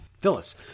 Phyllis